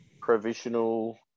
provisional